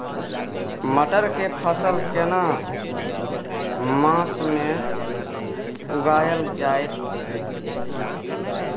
मटर के फसल केना मास में उगायल जायत छै?